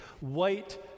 white